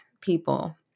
people